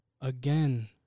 Again